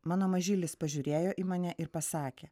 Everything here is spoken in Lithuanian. mano mažylis pažiūrėjo į mane ir pasakė